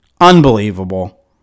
Unbelievable